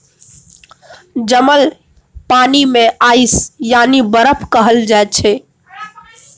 जमल पानि केँ आइस यानी बरफ कहल जाइ छै